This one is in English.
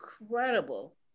incredible